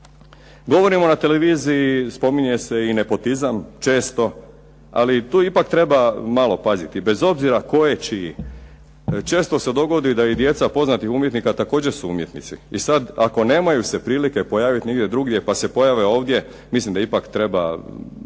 Govorimo na televiziji spominje se i nepotizam često, ali tu ipak treba malo paziti, bez obzira tko je čiji. Često se dogodi da i djeca poznatih umjetnika također su umjetnici. I sad ako nemaju se prilike pojaviti nigdje drugdje pa se pojave ovdje mislim da ipak treba